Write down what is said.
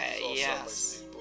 yes